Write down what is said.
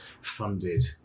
funded